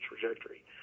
trajectory